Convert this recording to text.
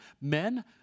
Men